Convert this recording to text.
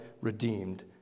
redeemed